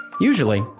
Usually